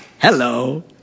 Hello